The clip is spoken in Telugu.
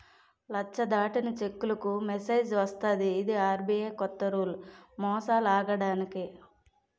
నచ్చ దాటిన చెక్కులకు మెసేజ్ వస్తది ఇది ఆర్.బి.ఐ కొత్త రూల్ మోసాలాగడానికి